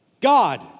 God